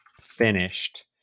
finished